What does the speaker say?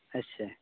ᱟᱪᱪᱷᱟ